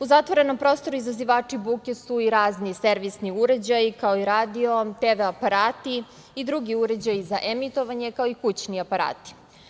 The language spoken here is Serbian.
U zatvorenom prostoru izazivači buke su i razni servisni uređaji, kao i radio, TV aparati i drugi uređaji za emitovanje, kao i kućni aparati.